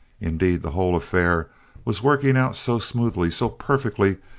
indeed, the whole affair was working out so smoothly, so perfectly,